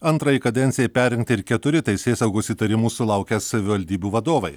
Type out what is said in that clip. antrajai kadencijai perrinkti ir keturi teisėsaugos įtarimų sulaukę savivaldybių vadovai